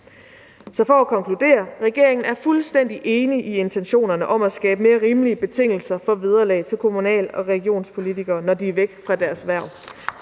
Så for at konkludere: Regeringen er fuldstændig enig i intentionerne om at skabe mere rimelige betingelser for vederlag til kommunal- og regionspolitikere, når de er væk fra deres hverv.